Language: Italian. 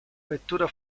vettura